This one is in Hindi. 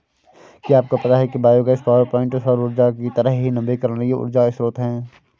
क्या आपको पता है कि बायोगैस पावरप्वाइंट सौर ऊर्जा की तरह ही नवीकरणीय ऊर्जा स्रोत है